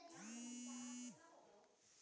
पौधा मा कोन से पोषक पदार्थ पाए जाथे?